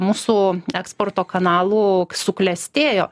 mūsų eksporto kanalų suklestėjo